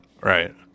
right